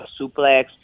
suplex